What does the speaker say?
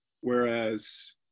Whereas